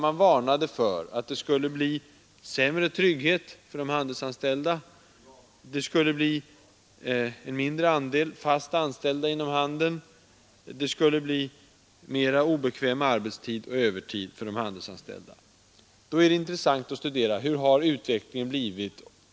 Man varnade för att det skulle bli sämre trygghet för de handelsanställda, att det skulle bli en mindre andel fast anställda inom handeln, att det skulle bli mera obekväm arbetstid och övertid för de handelsanställda. Det är intressant att studera hur utvecklingen har blivit.